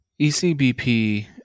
ECBP